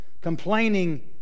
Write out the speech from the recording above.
complaining